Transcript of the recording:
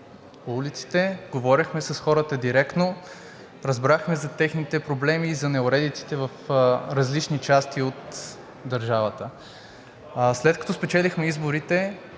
по улиците, говорехме с хората директно, разбрахме за техните проблеми и за неуредиците в различни части от държавата. След като спечелихме изборите,